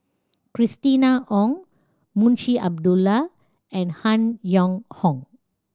Christina Ong Munshi Abdullah and Han Yong Hong